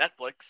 Netflix